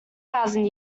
thousand